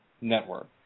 network